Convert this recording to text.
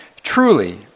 Truly